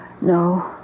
No